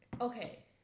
okay